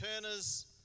Turners